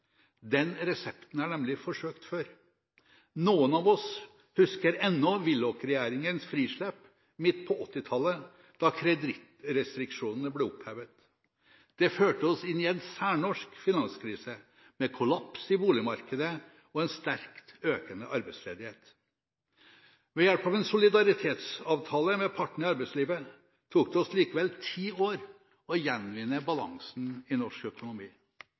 Den resepten er nemlig forsøkt før. Noen av oss husker ennå Willoch-regjeringens frislepp midt på 1980-tallet, da kredittrestiksjonene ble opphevet. Det førte oss inn i en særnorsk finanskrise, med kollaps i boligmarkedet og en sterkt økende arbeidsledighet. Ved hjelp av en solidaritetsavtale med partene i arbeidslivet tok det oss likevel ti år å gjenvinne balansen i norsk økonomi.